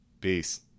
Peace